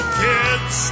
kids